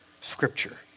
Scripture